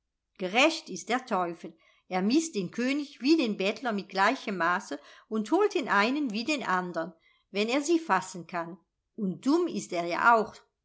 gerecht ist der teufel er mißt den könig wie den bettler mit gleichem maße und holt den einen wie den andern wenn er sie fassen kann und dumm ist er ja auch